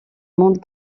monde